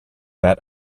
that